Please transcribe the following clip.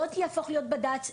לא תהפוך להיות בד"צ,